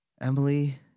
Emily